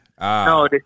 No